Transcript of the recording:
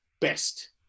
best